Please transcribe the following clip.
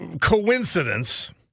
coincidence